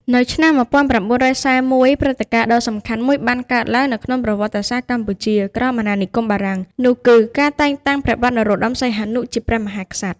នៅឆ្នាំ១៩៤១ ព្រឹត្តិការណ៍ដ៏សំខាន់មួយបានកើតឡើងនៅក្នុងប្រវត្តិសាស្ត្រកម្ពុជាក្រោមអាណានិគមបារាំង នោះគឺការតែងតាំងព្រះបាទនរោត្ដម សីហនុ ជាព្រះមហាក្សត្រ។